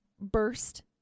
burst